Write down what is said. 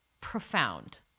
profound